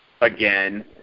again